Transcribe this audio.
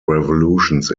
revolutions